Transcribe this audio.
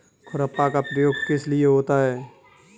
खुरपा का प्रयोग किस लिए होता है?